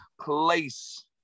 place